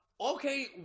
okay